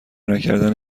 نکردن